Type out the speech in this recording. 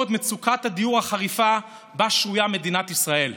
את מצוקת הדיור החריפה שבה שרויה מדינת ישראל,